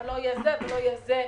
לא יהיה זה ולא יהיה זה.